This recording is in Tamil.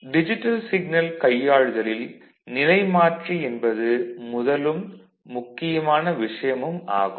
டிஜிட்டல் சிக்னல் கையாளுதலில் நிலைமாற்றி என்பது முதலும் முக்கியமான விஷயமும் ஆகும்